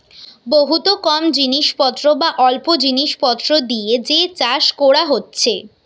বহুত কম জিনিস পত্র বা অল্প জিনিস পত্র দিয়ে যে চাষ কোরা হচ্ছে